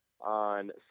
on